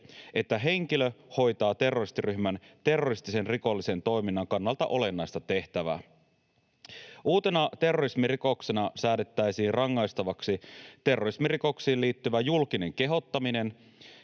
että henkilö hoitaa terroristiryhmän terroristisen rikollisen toiminnan kannalta olennaista tehtävää. Uutena terrorismirikoksena säädettäisiin rangaistavaksi terrorismirikoksiin liittyvä julkinen kehottaminen,